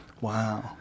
wow